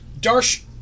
Darsh